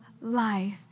life